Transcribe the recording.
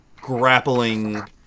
grappling